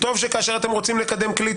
טוב שכאשר אתם רוצים לקדם כלי,